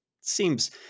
seems